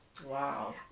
Wow